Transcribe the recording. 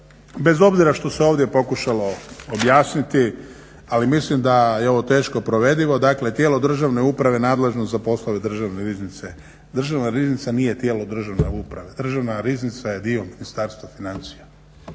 bez obzira što se ovdje pokušalo objasniti ali mislim da je ovo teško provedivo. Dakle tijelo državne uprave nadležno za poslove Državne riznice. Državna riznica nije tijelo državne uprave, Državna riznica je dio Ministarstva financija